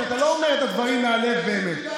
כי אתה לא אומר את הדברים מהלב באמת,